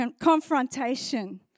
confrontation